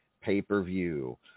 pay-per-view